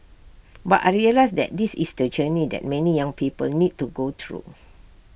but I realised that this is the journey that many young people need to go through